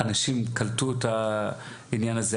אנשים קלטו את העניין הזה?